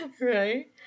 Right